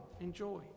enjoy